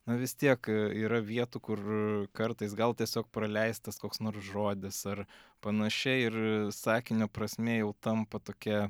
na vis tiek yra vietų kur kartais gal tiesiog praleistas koks nors žodis ar panašiai ir sakinio prasmė jau tampa tokia